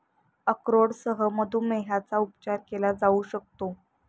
अक्रोडसह मधुमेहाचा उपचार केला जाऊ शकतो